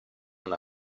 una